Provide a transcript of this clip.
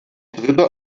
dritte